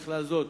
ובכלל זאת